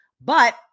But-